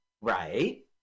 right